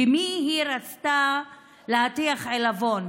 במי היא רצתה להטיח עלבון,